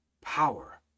power